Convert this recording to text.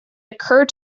occur